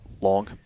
long